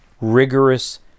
rigorous